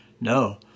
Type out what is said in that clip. no